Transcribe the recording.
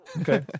okay